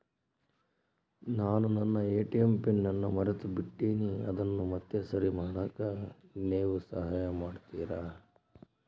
ನಾನು ನನ್ನ ATM PIN ಅನ್ನು ಮರೆತುಬಿಟ್ಟೇನಿ ಅದನ್ನು ಮತ್ತೆ ಸರಿ ಮಾಡಾಕ ನೇವು ಸಹಾಯ ಮಾಡ್ತಿರಾ?